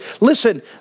Listen